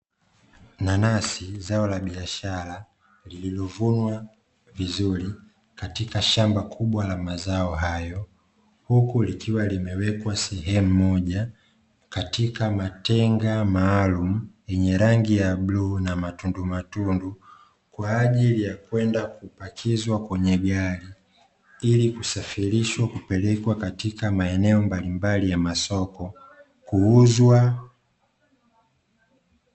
Nanasi zao la biashara lililovunwa vizuri katika shamba kubwa la mazao hayo huku likiwa limewekwa sehemu moja katika matenga maalum yenye rangi ya blue na matundu matundu kwa ajili ya kwenda kubakizwa kwenye gari ili kusafirishwa kupelekwa katika maeneo mbalimbali ya masoko kuuzwa